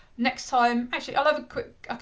next time actually, i'll have a quick.